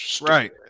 Right